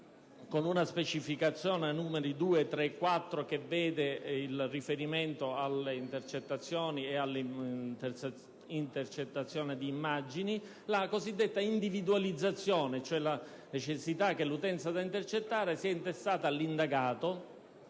con una specificazione ai numeri 2, 3 e 4 che vede il riferimento alle intercettazioni e alle intercettazioni d'immagini). Mi riferisco, cioè, alla necessità che l'utenza da intercettare sia intestata all'indagato,